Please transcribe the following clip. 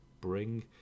bring